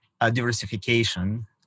diversification